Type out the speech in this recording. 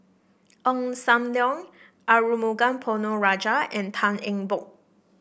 Ong Sam Leong Arumugam Ponnu Rajah and Tan Eng Bock